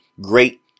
great